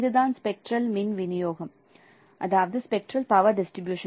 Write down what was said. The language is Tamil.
இதுதான் ஸ்பெக்ட்ரல் மின் விநியோகம்spectral power distribution